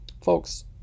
folks